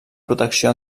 protecció